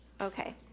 Okay